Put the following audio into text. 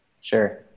Sure